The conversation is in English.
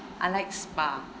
I like spa